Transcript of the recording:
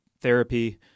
therapy